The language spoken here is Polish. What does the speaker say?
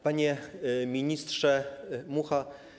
Panie Ministrze Mucha!